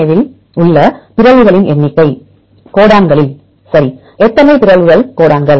ஏவில் உள்ள பிறழ்வுகளின் எண்ணிக்கை கோடன்களில் சரி எத்தனை பிறழ்வுகள் கோடன்கள்